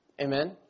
Amen